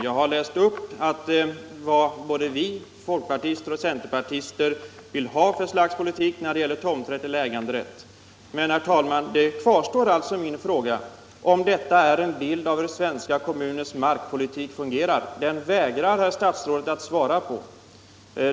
Jag har läst upp vilken politik vi, folkpartiet och centern vill ha när det gäller frågan om tomträtt eller äganderätt. Kvar står min fråga om detta är en riktig bild av hur svenska kommuners markpolitik fungerar. Den frågan vägrar herr statsrådet att svara på.